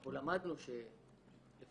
אנחנו למדנו שלפחות